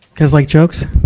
guys like jokes?